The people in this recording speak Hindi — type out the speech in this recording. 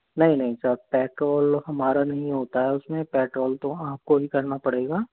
नहीं नहीं सर पेट्रोल हमारा नहीं होता है उसमें पेट्रोल तो आपको ही करना पड़ेगा